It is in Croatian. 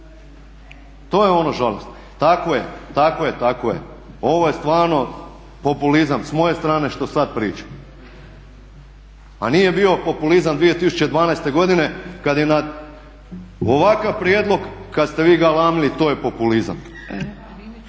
se ne razumije./ … Tako je. Tako je, tako je. Ovo je stvarno populizam s moje strane što sad pričam, a nije bio populizam 2012. godine kad je na ovakav prijedlog, kad ste vi galamili to je populizam.